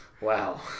Wow